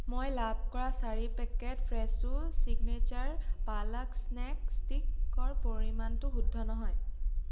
মই লাভ কৰা চাৰি packet Fresho signature palak snack ষ্টিকৰ পৰিমাণটো শুদ্ধ নহয়